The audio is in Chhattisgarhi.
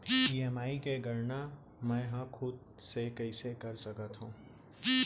ई.एम.आई के गड़ना मैं हा खुद से कइसे कर सकत हव?